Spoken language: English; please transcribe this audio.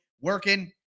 working